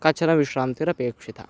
काचन विश्रान्तिरपेक्षिता